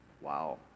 Wow